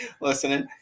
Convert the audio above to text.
listening